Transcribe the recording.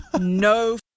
no